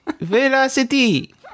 velocity